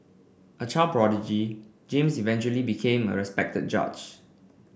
a child prodigy James eventually became a respected judge